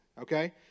okay